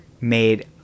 made